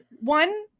one